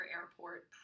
airport